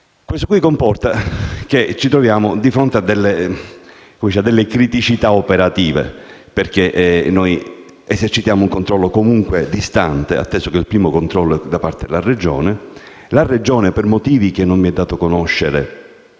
stata data. Ci troviamo quindi di fronte a delle criticità operative, perché noi esercitiamo un controllo comunque distante, atteso che il primo controllo avviene da parte della Regione. Quest'ultima, per motivi che non mi è dato conoscere,